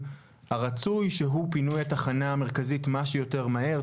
הרצוי שהוא פינוי התחנה המרכזית כמה שיותר מהר,